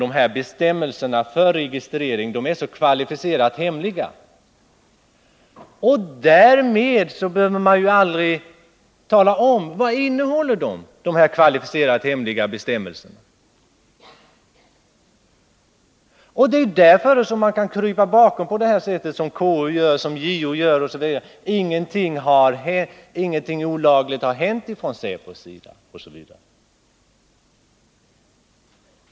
Genom att bestämmelserna för registrering är så ”kvalificerat hemliga” behöver man ju aldrig tala om vad de innehåller. Det är därför som man kan krypa bakom på det sätt som KU och JO gör —- ingenting olagligt har hänt från , säpos sida, osv.